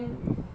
会晕